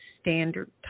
Standard